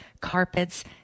carpets